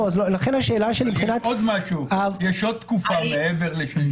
יש עוד תקופה מעבר לששת הימים.